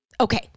Okay